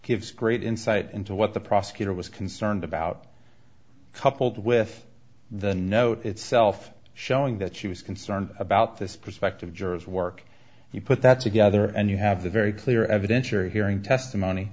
gives great insight into what the prosecutor was concerned about coupled with the note itself showing that she was concerned about this prospective jurors work you put that together and you have the very clear evidentiary hearing testimony